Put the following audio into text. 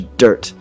dirt